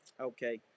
Okay